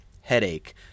headache